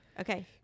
Okay